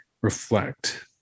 reflect